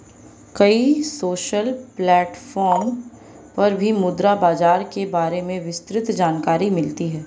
कई social platform पर भी मुद्रा बाजार के बारे में विस्तृत जानकरी मिलती है